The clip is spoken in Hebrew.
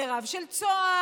לרב של צהר,